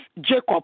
Jacob